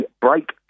break